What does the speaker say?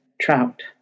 Trout